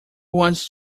wants